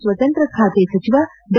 ಸ್ವತಂತ್ರ ಖಾತೆ ಸಚಿವ ಡಾ